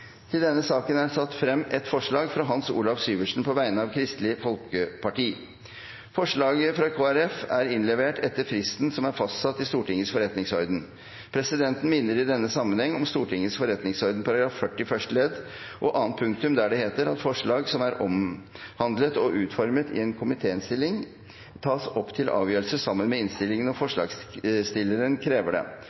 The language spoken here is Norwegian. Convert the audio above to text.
i denne sammenheng om Stortingets forretningsordens § 40 første ledd første og annet punktum, der det heter: «Forslag som er omhandlet og utformet i en komitéinnstilling, tas opp til avgjørelse sammen med innstillingen når forslagsstilleren krever det.